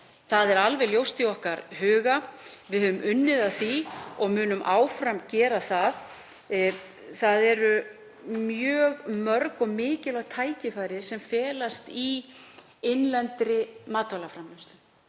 Það er alveg ljóst í okkar huga og við höfum unnið að því og munum áfram gera það. Það eru mjög mörg og mikilvæg tækifæri sem felast í innlendri matvælaframleiðslu.